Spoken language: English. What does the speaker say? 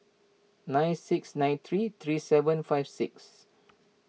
nine six nine three three seven five six